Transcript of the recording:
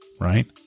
right